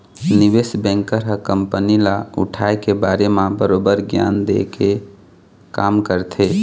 निवेस बेंकर ह कंपनी ल उठाय के बारे म बरोबर गियान देय के काम करथे